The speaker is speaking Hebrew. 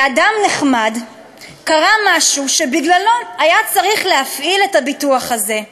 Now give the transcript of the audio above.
לאדם הנחמד הזה קרה משהו שבגללו היה צריך להפעיל את הביטוח הזה: